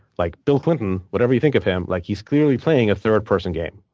like bill clinton, whatever you think of him, like he's clearly playing a third person game.